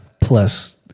plus